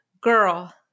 Girl